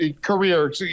career